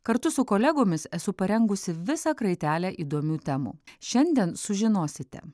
kartu su kolegomis esu parengusi visą kraitelę įdomių temų šiandien sužinosite